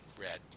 red